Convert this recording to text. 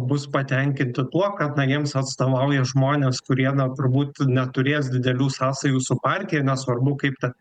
bus patenkinti tuo kad na jiems atstovauja žmonės kurie na turbūt neturės didelių sąsajų su partija nesvarbu kaip ta